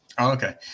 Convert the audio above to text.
Okay